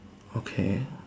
okay